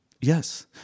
Yes